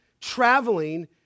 traveling